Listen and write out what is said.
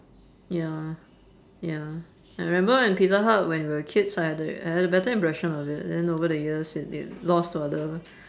ya ya I remember when pizza hut when we were kids I had a I had a better impression of it then over the years it it lost to other